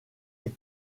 est